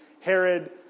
Herod